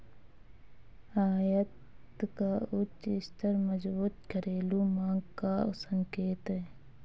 आयात का उच्च स्तर मजबूत घरेलू मांग का संकेत है